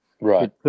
Right